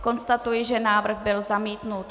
Konstatuji, že návrh byl zamítnut.